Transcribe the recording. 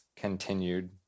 continued